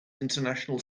international